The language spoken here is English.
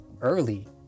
early